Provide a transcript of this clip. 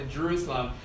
Jerusalem